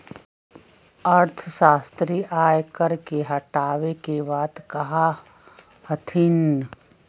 अर्थशास्त्री आय कर के हटावे के बात कहा हथिन